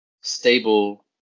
stable